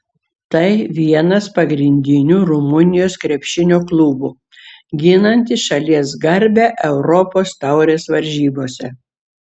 tai vienas pagrindinių rumunijos krepšinio klubų ginantis šalies garbę europos taurės varžybose